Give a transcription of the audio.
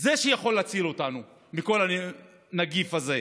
שיכול להציל אותנו מהנגיף הזה.